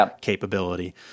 capability